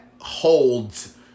holds